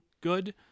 good